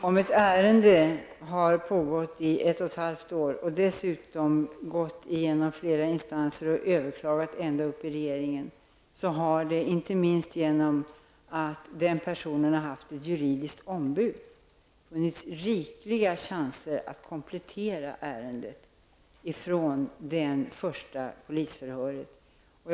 Om ett ärende har varit föremål för behandling i ett och ett halvt år, och då har ärendet kanske tagits upp i flera instanser och överklagats ändå upp till regeringen, har det -- inte minst genom att personen i fråga har haft ett juridiskt ombud -- alltsedan det första polisförhöret funnits rikligt med chanser att göra kompletteringar.